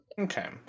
Okay